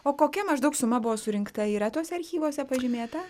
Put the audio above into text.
o kokia maždaug suma buvo surinkta yra tuose archyvuose pažymėta